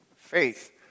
faith